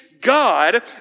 God